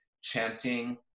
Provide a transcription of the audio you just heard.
chanting